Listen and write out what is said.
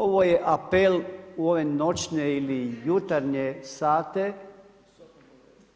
Ovo je apel u ove noćne ili jutarnje sate